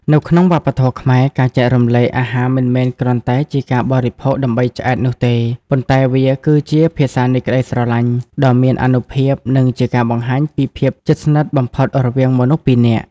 នៅក្នុងវប្បធម៌ខ្មែរ ការចែករំលែកអាហារមិនមែនគ្រាន់តែជាការបរិភោគដើម្បីឆ្អែតនោះទេ ប៉ុន្តែវាគឺជា «ភាសានៃក្ដីស្រឡាញ់» ដ៏មានអានុភាព និងជាការបង្ហាញពីភាពជិតស្និទ្ធបំផុតរវាងមនុស្សពីរនាក់។